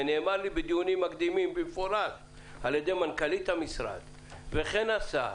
ונאמר לי בדיונים מקדימים במפורש על ידי מנכ"לית המשרד וכן השר,